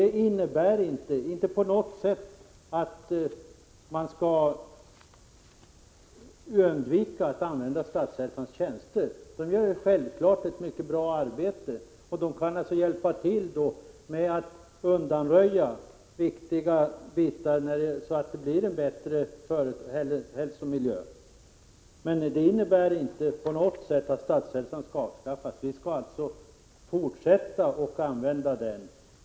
Det innebär inte att man på något sätt skall undvika att ta Statshälsans tjänster i anspråk. Statshälsans personal gör självfallet ett mycket bra arbete. Där hjälper man ju verkligen till med att undanröja viktiga hinder, så att vi kan få en bättre hälsomiljö. Statshälsan skall alltså inte alls avskaffas.